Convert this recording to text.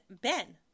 Ben